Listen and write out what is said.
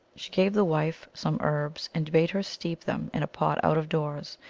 she gave the wife some herbs, and bade her steep them in a pot out-of-doors,